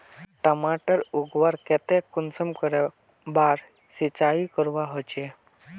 टमाटर उगवार केते कुंसम करे बार सिंचाई करवा होचए?